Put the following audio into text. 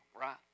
right